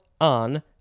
on